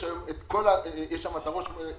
יש שם היום את ראש העיר